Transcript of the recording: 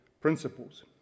principles